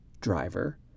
driver